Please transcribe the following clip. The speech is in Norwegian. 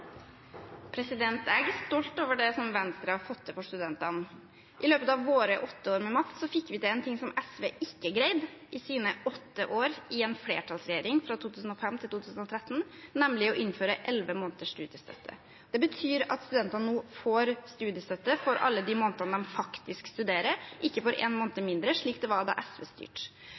Jeg er stolt over det Venstre har fått til for studentene. I løpet av våre åtte år med makt fikk vi til en ting som SV ikke greide i sine åtte år i en flertallsregjering, fra 2005 til 2013, nemlig å innføre 11 måneders studiestøtte. Det betyr at studentene nå får studiestøtte for alle de månedene de faktisk studerer, ikke for én måned mindre, slik det var da SV styrte.